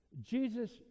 Jesus